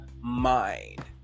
mind